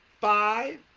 five